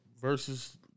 versus